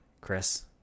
Chris